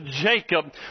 Jacob